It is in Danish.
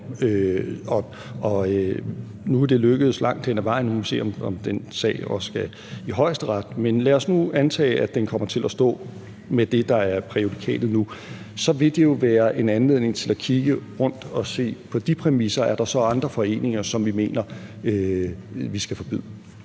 Det er lykkedes langt hen ad vejen, og nu må vi se, om den sag også skal i Højesteret. Men lad os nu antage, at den kommer til at stå med det, der er præjudikatet nu, for så vil det jo være en anledning til at kigge rundt og se, om der på de præmisser så er andre foreninger, som vi mener vi skal forbyde.